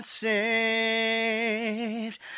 saved